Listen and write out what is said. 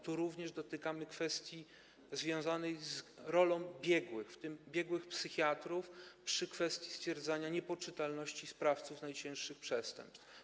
Tu również dotykamy kwestii związanej z rolą biegłych, w tym biegłych psychiatrów, przy stwierdzaniu niepoczytalności sprawców najcięższych przestępstw.